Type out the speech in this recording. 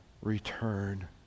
return